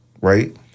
right